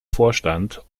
vorstand